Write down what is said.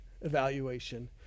evaluation